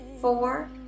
four